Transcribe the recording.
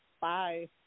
bye